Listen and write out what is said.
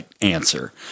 answer